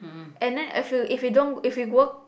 and then I feel if you don't if you work